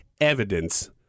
evidence